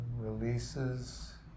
releases